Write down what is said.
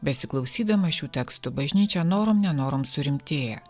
besiklausydama šių tekstų bažnyčia norom nenorom surimtėja